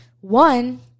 one